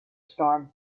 storm